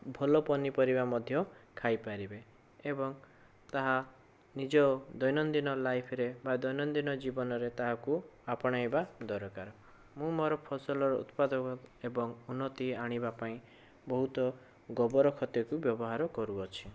ଭଲ ପନିପରିବା ମଧ୍ୟ ଖାଇପାରିବେ ଏବଂ ତାହା ନିଜ ଦୈନନ୍ଦିନ ଲାଇଫରେ ବା ଦୈନନ୍ଦିନ ଜୀବନରେ ତାହାକୁ ଆପଣେଇବା ଦରକାର ମୁଁ ମୋର ଫସଲର ଉତ୍ପାଦନ ଏବଂ ଉନ୍ନତି ଆଣିବା ପାଇଁ ବହୁତ ଗୋବର ଖତକୁ ବ୍ୟବହାର କରୁଅଛି